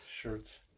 shirts